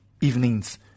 evenings